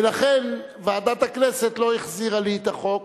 ולכן, ועדת הכנסת לא החזירה לי את החוק,